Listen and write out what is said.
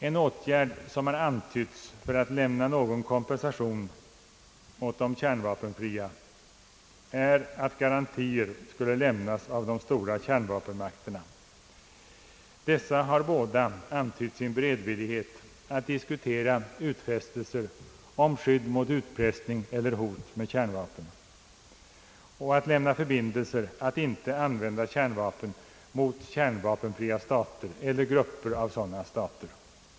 En åtgärd, som har antytts för att lämna någon kompensation åt de kärnvapenfria länderna, är att garantier skulle lämnas av de stora kärnvapenmakterna. Dessa har båda antytt sin beredvillighet att diskutera utfästelser om skydd mot utpressning och hot med kärnvapen, och förbindelser att inte använda kärnvapen mot kärnvapenfria stater eller grupper av sådana stater.